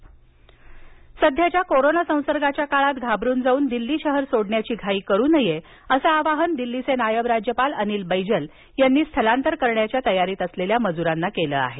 मजूर सध्याच्या कोरोना संसर्गाच्या काळात घाबरून जाऊन दिल्ली शहर सोडण्याची घाई करू नये असं आवाहन दिल्लीचे नायब राज्यपाल अनिल बैजल यांनी स्थलांतर करण्याच्या तयारीत असलेल्या मजुरांना केलं आहे